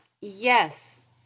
yes